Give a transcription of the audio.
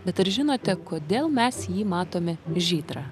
bet ar žinote kodėl mes jį matome žydrą